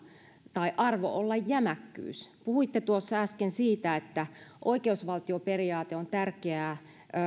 tai arvo olla jämäkkyys puhuitte tuossa äsken siitä että oikeusvaltioperiaate on tärkeää